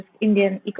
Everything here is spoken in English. Indian